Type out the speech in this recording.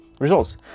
results